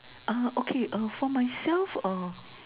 oh okay oh for myself uh